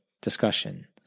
discussion